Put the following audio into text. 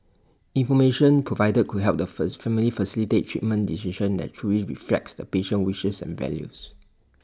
information provided could help the first family facilitate treatment decisions that truly reflects the patient's wishes and values